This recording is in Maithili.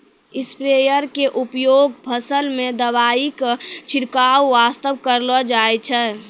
स्प्रेयर के उपयोग फसल मॅ दवाई के छिड़काब वास्तॅ करलो जाय छै